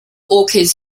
orchids